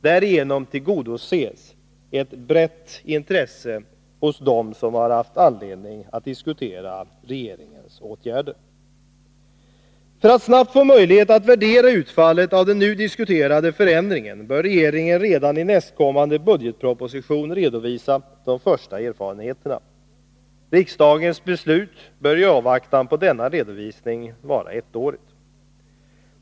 Därigenom tillgodoses ett brett intresse hos dem som har haft anledning att diskutera regeringens åtgärder. För att snabbt få möjlighet att värdera utfallet av den nu diskuterade förändringen bör regeringen redan i nästkommande budgetproposition redovisa de första erfarenheterna. Riksdagens beslut bör i avvaktan på denna redovisning vara ettårigt.